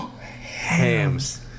hams